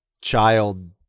child